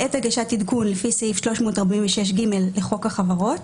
בעת הגשת עדכון לפי סעיף 346(ג) לחוק החברות,".